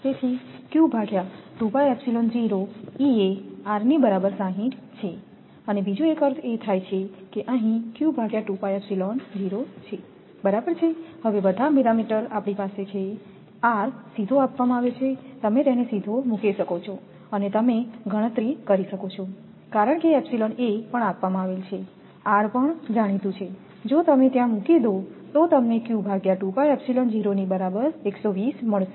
તેથી ની બરાબર 60 છે અને બીજો એક અર્થ એ થાય કે અહીં છે બરાબર છે હવે બધા પેરામીટર આપણી પાસે છે છે r સીધો આપવામાં આવ્યો છે તમે તેને સીધો મૂકી શકો છો અને તમે ગણતરી કરી શકો છો કારણ કે પણ આપવામાં આવેલ છેr પણ જાણીતું છે જો તમે ત્યાં મૂકી દો તો તમને ની બરાબર 120 મળશે